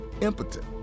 impotent